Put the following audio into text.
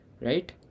Right